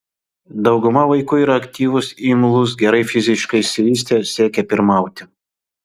dauguma vaikų yra aktyvūs imlūs gerai fiziškai išsivystę siekią pirmauti